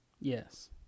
Yes